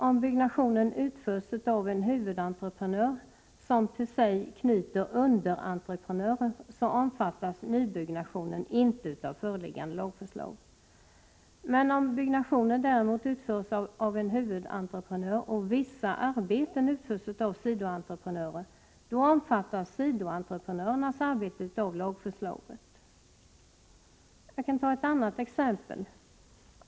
Om byggnationen utförs av en huvudentreprenör som till sig knyter underentreprenörer omfattas nybyggnationen inte av föreliggande lagförslag. Men om byggnationen däremot utförs av en huvudentreprenör och vissa arbeten utförs av sidoentreprenörer omfattas sidoentreprenörernas arbete av lagförslaget. Jag kan ta ett annat exempel.